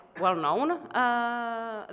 well-known